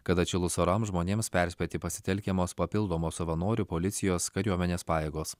kad atšilus orams žmonėms perspėti pasitelkiamos papildomos savanorių policijos kariuomenės pajėgos